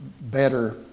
better